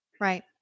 Right